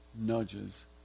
nudges